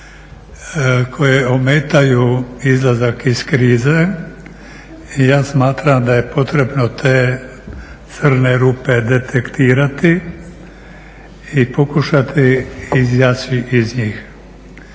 koje ometaju izlazak iz krize i ja smatram da je potrebno te crne rupe detektirati i pokušati izaći iz njih.